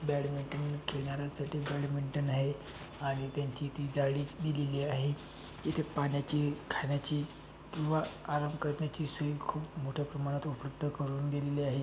badminton खेळणाऱ्यांसाटी badminton आहे आणि त्यांची ती जाळी दिलेली आहे तिथे पाण्याची खाण्याची किंवा आराम करण्याची सोय खूप मोठ्या प्रमाणात उपलब्ध करून दिलेली आहे